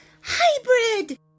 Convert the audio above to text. hybrid